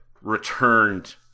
returned